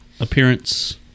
Appearance